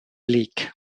league